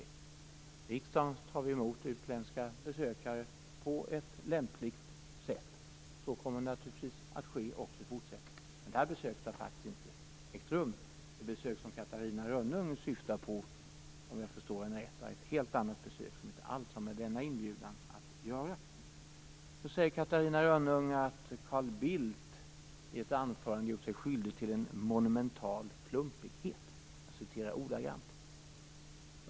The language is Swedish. I riksdagen tar vi emot utländska besökare på ett lämpligt sätt. Så kommer naturligtvis att ske också i fortsättningen. Men det här besöket har faktiskt inte ägt rum. Det besök som Catarina Rönnung syftar på var, om jag förstod henne rätt, ett helt annat besök som inte alls har med denna inbjudan att göra. Catarina Rönnung säger att Carl Bildt i ett anförande har gjort sig skyldig till en "monumental klumpighet", jag citerar ordagrant.